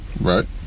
Right